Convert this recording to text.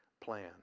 plan